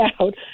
out